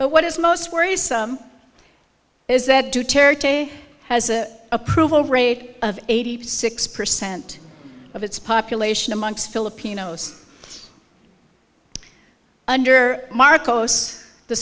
but what is most worrisome is that has an approval rate of eighty six percent of its population amongst filipinos under marcos the